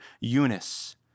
Eunice